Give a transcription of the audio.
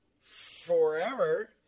forever